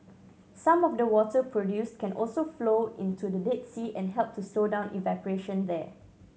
some of the water produced can also flow into the Dead Sea and help to slow down evaporation there